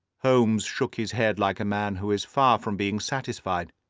holmes shook his head like a man who is far from being satisfied.